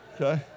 Okay